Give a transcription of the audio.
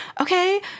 okay